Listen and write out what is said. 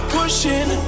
Pushing